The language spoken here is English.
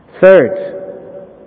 Third